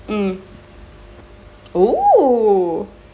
mm oh